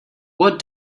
what